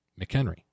McHenry